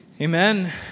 Amen